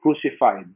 crucified